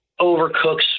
overcooks